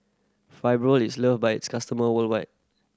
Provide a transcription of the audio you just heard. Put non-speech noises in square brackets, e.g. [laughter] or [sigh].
[unintelligible] is loved by its customers worldwide